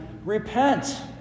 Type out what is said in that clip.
Repent